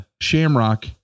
Shamrock